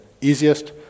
Easiest